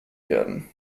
werden